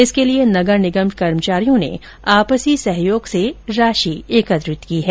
इसके लिए नगर निगम कर्मचारियों ने आपसी सहयोग से राशि एकत्रित की है